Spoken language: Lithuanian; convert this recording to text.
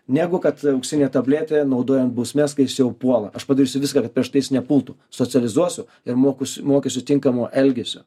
negu kad auksinė tabletė naudojant bausmes kai jis jau puola aš padarysiu viską kad prieš tai jis nepultų socializuosiu ir mokusiu mokysiu tinkamo elgesio